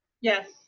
yes